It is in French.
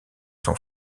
son